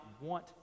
want